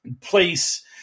place